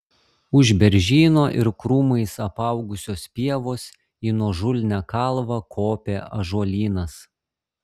už beržyno ir krūmais apaugusios pievos į nuožulnią kalvą kopė ąžuolynas